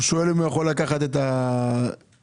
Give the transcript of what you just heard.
הוא שואל אם הוא יכול לקחת את זה שהוא